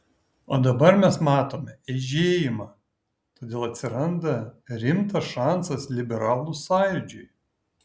o dabar mes matome eižėjimą todėl atsiranda rimtas šansas liberalų sąjūdžiui